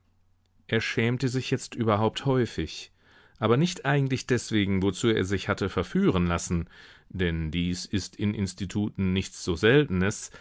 er schämte sich jetzt überhaupt häufig aber nicht eigentlich deswegen wozu er sich hatte verführen lassen denn dies ist in instituten nichts so seltenes